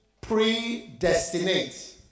predestinate